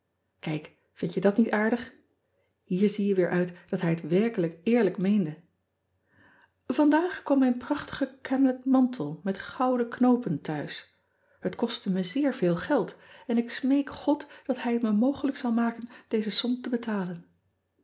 ijk vind je dat niet aardig ier zie je weer uit dat hij het werkelijk eerlijk meende andaag kwammijn prachtige amlett mantel met gouden knoopen thuis et kostte me zeer veel geld en ik smeek od dat ij het me mogelijk zal maken deze som te betalen